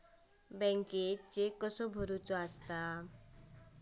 बँकेत चेक कसो भरायचो?